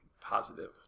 positive